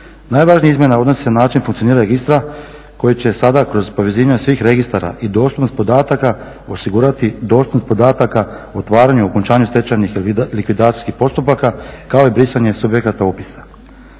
Najvažnija izmjena odnosi se na način funkcioniranja registra koji će sada kroz povezivanje svih registara i dostupnost podataka osigurati dostupnost podataka u otvaranju, okončanju stečajnih ili likvidacijskih postupaka, kao i brisanje subjekata upisa.